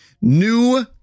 new